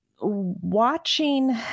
watching